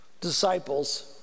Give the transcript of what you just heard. disciples